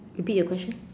repeat your question